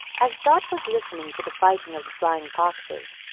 as dot was listening to the fighting of the flying foxes,